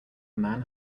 man